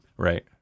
Right